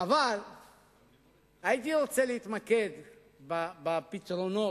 אבל הייתי רוצה להתמקד בפתרונות,